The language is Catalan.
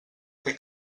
fer